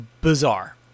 bizarre